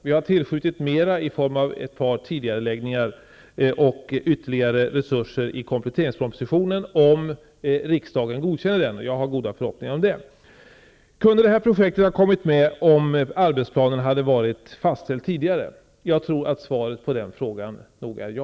Vi har tillskjutit mera i form av ett par tidigareläggningar och ytterligare resurser i kompletteringspropositionen. Jag vill tillägga att jag har goda förhoppningar om att riksdagen godkänner denna. Kunde det här projektet har kommit med om arbetsplanen hade fastställts tidigare? frågar Göran Magnusson. Jag tror att svaret på den frågan är ja.